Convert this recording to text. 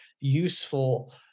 useful